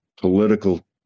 political